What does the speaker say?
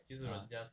ah